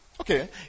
okay